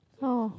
how